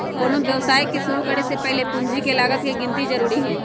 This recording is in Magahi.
कोनो व्यवसाय के शुरु करे से पहीले पूंजी के लागत के गिन्ती जरूरी हइ